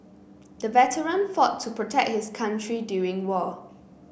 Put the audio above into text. the veteran fought to protect his country during war